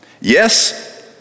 Yes